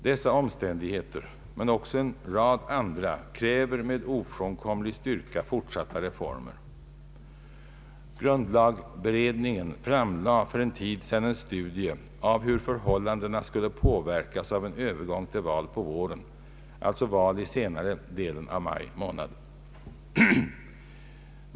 Dessa omständigheter men också en rad andra kräver med ofrånkomlig styrka fortsatta reformer. Grundlagberedningen framlade för en tid sedan en studie av hur förhållandena skulle påverkas av en övergång till val på våren, alltså val i senare delen av maj månad.